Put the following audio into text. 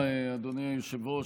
תודה רבה, אדוני היושב-ראש.